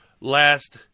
last